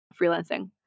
freelancing